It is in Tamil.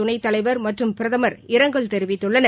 துணை தலைவர் மற்றும் பிரதமர் இரங்கல் தெரிவித்துள்ளனர்